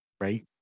right